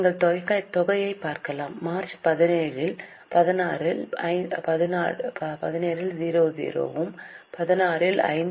நீங்கள் தொகையைப் பார்க்கலாம் மார்ச் 17 00 இல் 16 இல் 5